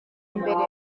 imbere